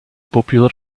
popular